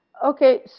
Okay